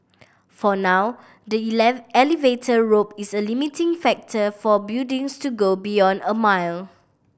for now the elevator rope is a limiting factor for buildings to go beyond a mile